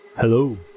hello